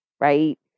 right